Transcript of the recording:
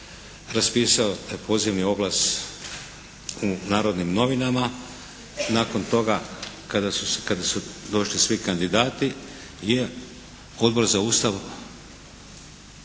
raspisao pozivni oglas u “Narodnim novinama“. Nakon toga, kada su došli svi kandidati je Odbor za Ustav